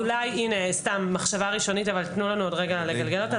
הנה סתם מחשבה ראשונית אבל תנו לנו עוד רגע לגלגל אותה.